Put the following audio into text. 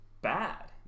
bad